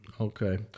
okay